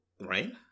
Right